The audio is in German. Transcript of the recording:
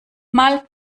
mal